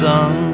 Sun